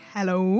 Hello